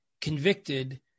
convicted